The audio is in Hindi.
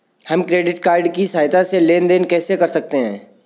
हम क्रेडिट कार्ड की सहायता से लेन देन कैसे कर सकते हैं?